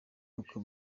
uko